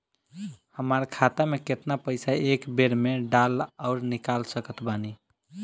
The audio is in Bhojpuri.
हमार खाता मे केतना पईसा एक बेर मे डाल आऊर निकाल सकत बानी?